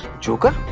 joker.